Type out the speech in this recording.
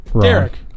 Derek